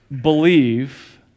believe